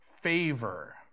Favor